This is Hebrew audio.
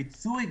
הפיצוי,